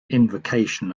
invocation